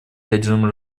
ядерному